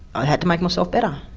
i had to make myself better.